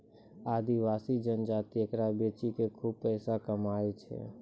आदिवासी जनजाति एकरा बेची कॅ खूब पैसा कमाय छै